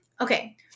Okay